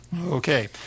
Okay